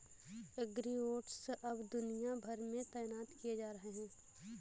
agribots अब दुनिया भर में तैनात किए जा रहे हैं